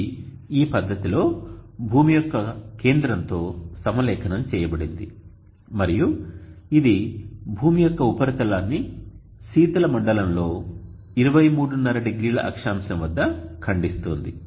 ఇది ఈ పద్ధతిలో భూమి యొక్క కేంద్రంతో సమలేఖనం చేయబడింది మరియు ఇది భూమి యొక్క ఉపరితలాన్ని శీతలమండలంలో 23½0 అక్షాంశం వద్ద ఖండిస్తోంది